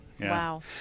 wow